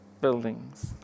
buildings